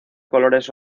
colores